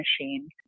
machine